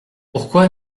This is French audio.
pourquoi